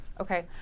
okay